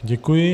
Děkuji.